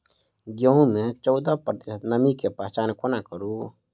गेंहूँ मे चौदह प्रतिशत नमी केँ पहचान कोना करू?